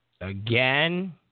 again